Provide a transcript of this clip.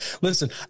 Listen